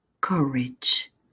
courage